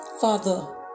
Father